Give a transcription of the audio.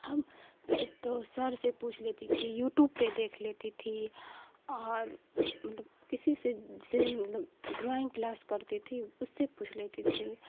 اب تو سر سے پوچھ لیتی تھی یوٹوب پہ دیکھ لیتی تھی اور مطلب کسی سے جسے مطلب ڈرائنگ کلاس کرتی تھی اس سے پوچھ لیتی تھی